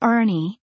Ernie